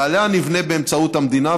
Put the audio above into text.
ועליה נבנה באמצעות המדינה,